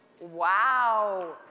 Wow